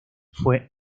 fue